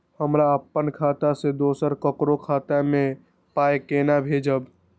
हमरा आपन खाता से दोसर ककरो खाता मे पाय कोना भेजबै?